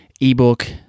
ebook